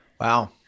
Wow